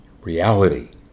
Reality